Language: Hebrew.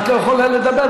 לא,